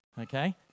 Okay